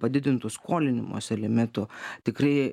padidintu skolinimosi limitu tikrai